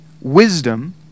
wisdom